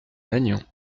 lannion